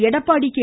Edappadi K